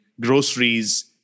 groceries